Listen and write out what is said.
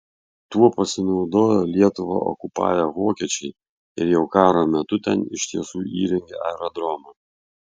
tuo pasinaudojo lietuvą okupavę vokiečiai ir jau karo metu ten iš tiesų įrengė aerodromą